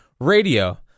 Radio